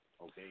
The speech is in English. Okay